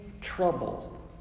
trouble